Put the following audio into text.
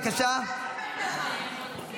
ודיון מעמיק על כל נושא החזרה ושיקום הצפון.